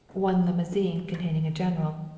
one limousine containing a general,